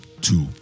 two